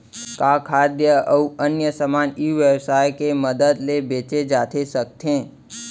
का खाद्य अऊ अन्य समान ई व्यवसाय के मदद ले बेचे जाथे सकथे?